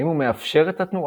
האם הוא מאפשר את התנועה,